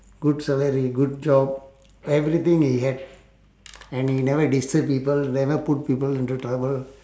good sir very good job everything he have and he never disturb people never put people into trouble